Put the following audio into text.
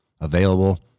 available